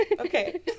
Okay